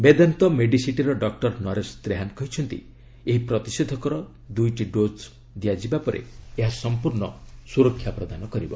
ମେଦାନ୍ତ ମେଡିସିଟିର ଡକ୍କର ନରେଶ ତ୍ରେହାନ୍ କହିଛନ୍ତି ଏହି ପ୍ରତିଷେଧକର ଦ୍ରୁଇଟି ଡୋକ୍ ଦିଆଯିବା ପରେ ଏହା ସମ୍ପର୍ଶ୍ଣ ସୁରକ୍ଷା ପ୍ରଦାନ କରିବ